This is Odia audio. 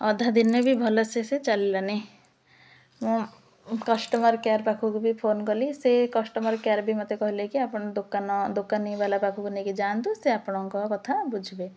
ଅଧା ଦିନେ ବି ଭଲ ସେ ସେ ଚାଲିଲାନି ମୁଁ କଷ୍ଟମର୍ କେୟାର୍ ପାଖକୁ ବି ଫୋନ କଲି ସେ କଷ୍ଟମର୍ କେୟାର୍ ବି ମୋତେ କହିଲେ କି ଆପଣ ଦୋକାନ ଦୋକାନୀ ବାଲା ପାଖକୁ ନେଇକି ଯାଆନ୍ତୁ ସେ ଆପଣଙ୍କ କଥା ବୁଝିବେ